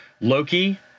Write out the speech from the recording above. Loki